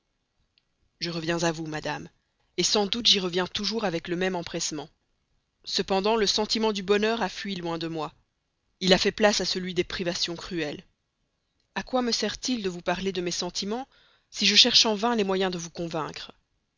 je reviens à vous madame sans doute j'y reviens toujours avec le même empressement cependant le sentiment du bonheur a fui loin de moi il a fait place à celui des privations cruelles a quoi me sert-il de vous parler de mes sentiments si je cherche en vain les moyens de vous en convaincre